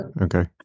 Okay